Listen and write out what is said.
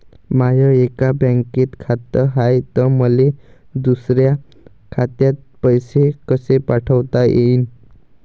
माय एका बँकेत खात हाय, त मले दुसऱ्या खात्यात पैसे कसे पाठवता येईन?